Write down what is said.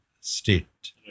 state